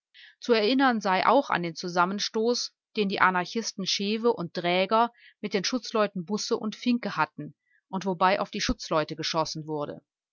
zu erinnern sei auch an den zusammenstoß den die anarchisten schewe und dräger mit den schutzleuten busse und finke hatten und wobei auf die schutzleute geschossen wurde